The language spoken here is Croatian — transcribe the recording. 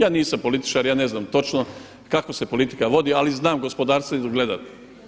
Ja nisam političar, ja ne znam točno kako se politika vodi, ali znam gospodarstvo gledam.